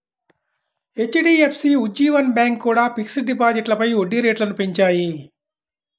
HDFC, Ujjivan bank కూడా fixed డిపాజిట్లపై వడ్డీ రేట్లను పెంచాయి